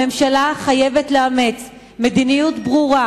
הממשלה חייבת לאמץ מדיניות ברורה